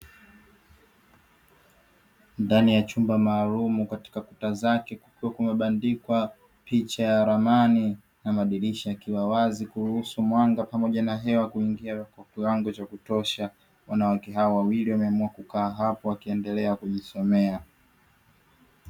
Ndani ya chumba maalumu katika kuta zake kukiwa kumebandikwa picha ya ramani na madirisha yakiwa wazi. Kuruhusu mwanga na hewa kuingia kwa kiwango cha kutosha. Wanawake hawa wawili wameamua kukaa hapa wakiendelea kujisomea.